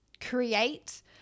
create